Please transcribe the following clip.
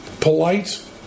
polite